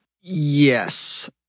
Yes